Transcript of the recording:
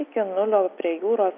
iki nulio prie jūros